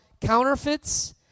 counterfeits